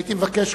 הייתי מבקש,